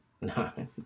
No